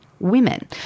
women